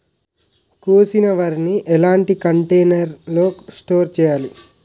కోసిన వరిని ఎలాంటి కంటైనర్ లో స్టోర్ చెయ్యాలి?